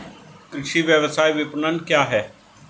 कृषि व्यवसाय विपणन क्या है?